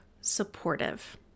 supportive